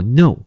no